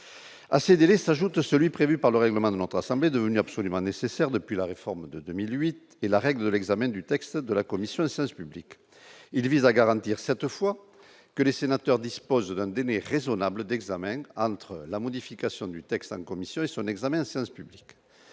assez délais s'ajoute celui prévu par le règlement de notre assemblée, devenu absolument nécessaire depuis la réforme de 2008 et la règle de l'examen du texte de la Commission 16 public, il vise à garantir cette fois que les sénateurs disposent de 22 raisonnable d'examen entre la modification du texte en commission et son examen séance publique,